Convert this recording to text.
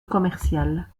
commerciale